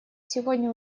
сегодня